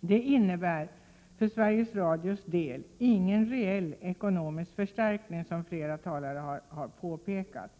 Det innebär för Sveriges Radios del ingen reell ekonomisk förstärkning, som flera talare har påpekat,